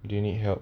do you need help